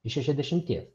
iš šešiasdešimties